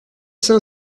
cinq